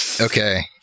Okay